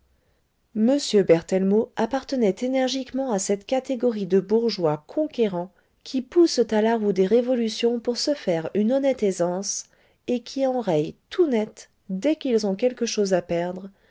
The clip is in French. m berthellemot appartenait énergiquement à cette catégorie de bourgeois conquérants qui poussent à la roue des révolutions pour se faire une honnête aisance et qui enrayent tout net dès qu'ils ont quelque chose à perdre